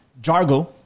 Jargo